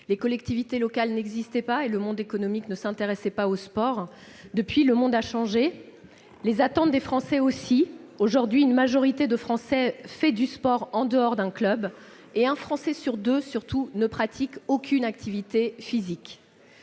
les collectivités locales n'existaient pas et le monde économique ne s'intéressait pas au sport. Depuis, le monde a changé, les attentes des Français aussi. Répondez aux questions, madame ! Aujourd'hui, une majorité de Français fait du sport en dehors d'un club. Surtout, un Français sur deux ne pratique aucune activité physique.